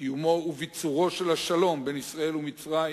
קיומו וביצורו של השלום בין ישראל למצרים